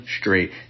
straight